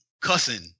Cussing